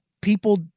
people